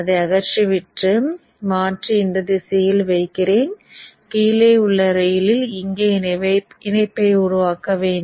அதை அகற்றிவிட்டு மாற்றி இந்த திசையில் வைக்கிறேன் கீழே உள்ள இரயிலில் இங்கே இணைப்பை உருவாக்க வேண்டும்